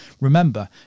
Remember